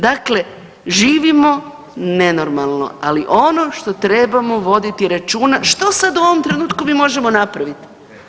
Dakle, živimo nenormalno, ali ono što trebamo voditi računa, što sad u ovom trenutku mi možemo napraviti?